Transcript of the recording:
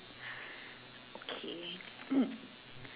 okay